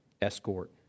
escort